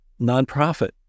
nonprofit